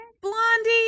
Blondie